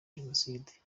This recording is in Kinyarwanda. jenoside